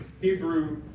Hebrew